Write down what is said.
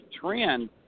trend